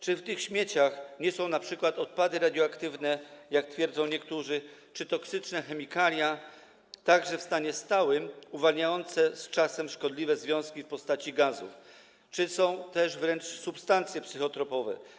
Czy w tych śmieciach są np. odpady radioaktywne, jak twierdzą niektórzy, toksyczne chemikalia, także w stanie stałym, uwalniające z czasem szkodliwe związki w postaci gazów, czy są też tam wręcz substancje psychotropowe?